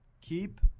Keep